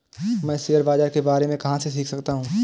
मैं शेयर बाज़ार के बारे में कहाँ से सीख सकता हूँ?